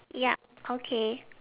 ya okay